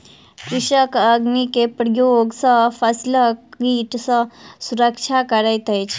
कृषक अग्नि के प्रयोग सॅ फसिलक कीट सॅ सुरक्षा करैत अछि